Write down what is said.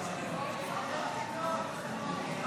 לא נתקבלה.